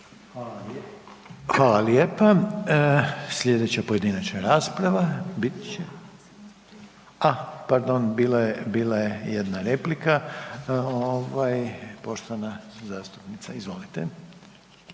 Hvala lijepa. Slijedeća pojedinačna rasprava bit će, ah pardon bila je, bila je jedna replika, ovaj poštovana zastupnica izvolite.